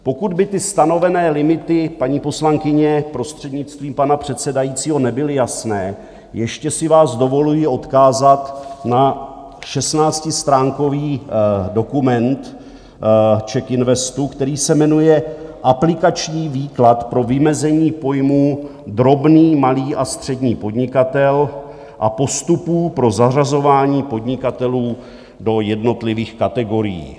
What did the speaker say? Pokud by ty stanovené limity, paní poslankyně, prostřednictvím pana předsedajícího, nebyly jasné, ještě si vás dovoluji odkázat na šestnáctistránkový dokument CzechInvestu, který se jmenuje Aplikační výklad pro vymezení pojmů drobný, malý a střední podnikatel a postupů pro zařazování podnikatelů do jednotlivých kategorií.